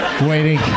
waiting